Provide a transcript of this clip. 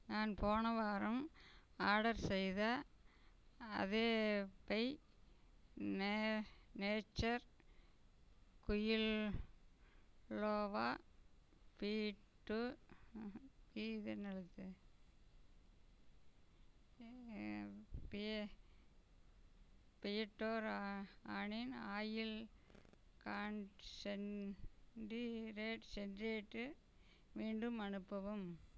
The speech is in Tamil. நான் போன வாரம் ஆடர் செய்த அதே பை நேச்சர் குயினோவா வீட்டு பிடோரா ஆனின் ஆயில் கான்சென்டிரேட்ஸ் செட்ரியேட்டை மீண்டும் அனுப்பவும்